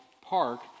Park